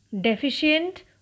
deficient